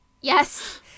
Yes